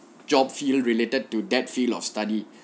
job field related to that field of study